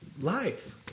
life